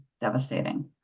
devastating